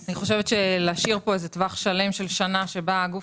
אני חושבת שלהשאיר פה טווח שלם של שנה שבו הגוף